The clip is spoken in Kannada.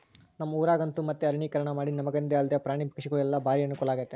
ನಮ್ಮ ಊರಗಂತೂ ಮತ್ತೆ ಅರಣ್ಯೀಕರಣಮಾಡಿ ನಮಗಂದೆ ಅಲ್ದೆ ಪ್ರಾಣಿ ಪಕ್ಷಿಗುಳಿಗೆಲ್ಲ ಬಾರಿ ಅನುಕೂಲಾಗೆತೆ